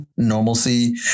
Normalcy